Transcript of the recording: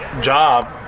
job